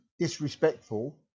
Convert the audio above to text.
disrespectful